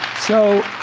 so